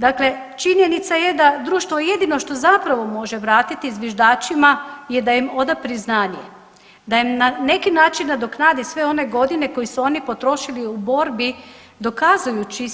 Dakle, činjenica je da društvo jedino što zapravo može vratiti zviždačima je da im oda priznanje, da im na neki način nadoknadi sve one godine koje su oni potrošili u borbi dokazujući